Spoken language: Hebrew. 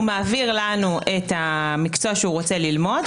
הוא מעביר לנו את המקצוע שהוא רוצה ללמוד,